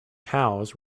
cows